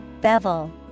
Bevel